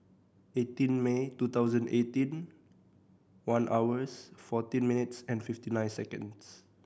eighteen May two thousand eighteen one hours fourteen minutes and fifty nine seconds